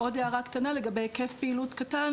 עוד הערה קטנה לגבי היקף פעילות קטן.